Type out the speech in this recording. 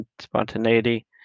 spontaneity